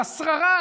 על השררה,